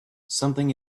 something